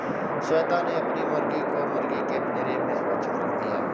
श्वेता ने अपनी मुर्गी को मुर्गी के पिंजरे में सुरक्षित रख दिया